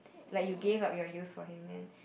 like you gave up your youth for him and